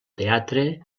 teatre